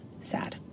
sad